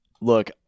look